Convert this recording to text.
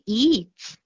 eats